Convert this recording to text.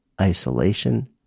isolation